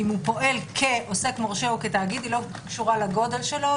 אם הוא פועל כעוסק מורשה או כתאגיד לא קשורה לגדול שלו,